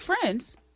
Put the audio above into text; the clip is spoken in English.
friends